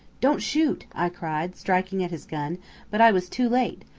don't shoot, i cried, striking at his gun but i was too late,